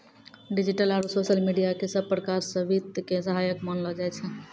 digital आरू social media क सब प्रकार स वित्त के सहायक मानलो जाय छै